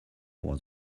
was